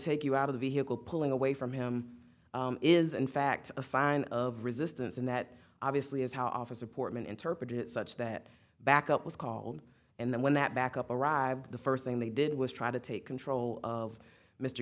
take you out of the vehicle pulling away from him is in fact a sign of resistance and that obviously is how officer portman interpreted it such that backup was called and then when that backup arrived the first thing they did was try to take control of mr